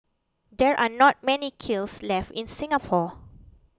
there are not many kilns left in Singapore